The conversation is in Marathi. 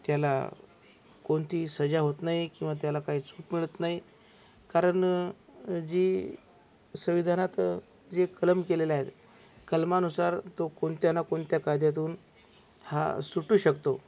त्याला कोणतीही सजा होत नाही किंवा त्याला काही चूक मिळत नाही कारण जी संविधानात जे कलम केलेले आहेत कलमानुसार तो कोणत्या ना कोणत्या कायद्यातून हा सुटू शकतो